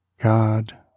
God